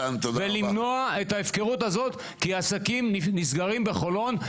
ולמנוע את ההפקרות הזאת כי עסקים נסגרים בחולון.